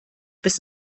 bis